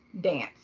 dance